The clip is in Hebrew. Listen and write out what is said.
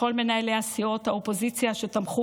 לכל מנהלי הסיעות והאופוזיציה שתמכו